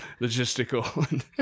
logistical